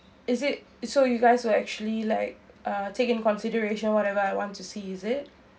is it it's so you guys will actually like uh take into consideration whatever I want to see is it